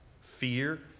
fear